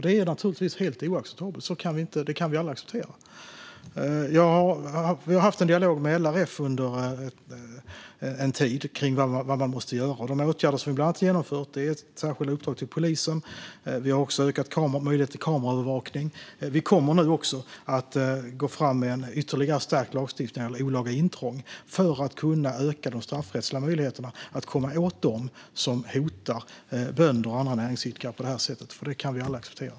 Det är naturligtvis helt oacceptabelt. Det kan vi aldrig acceptera. Vi har haft en dialog med LRF under en tid om vad man måste göra. Åtgärder som vi genomfört är bland annat särskilda uppdrag till polisen. Vi har också ökat möjligheterna till kameraövervakning. Vi kommer nu att gå fram med ytterligare stärkt lagstiftning när det gäller olaga intrång för att öka de straffrättsliga möjligheterna att komma åt dem som hotar bönder och andra näringsidkare på det här sättet, för det kan vi aldrig acceptera.